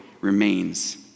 remains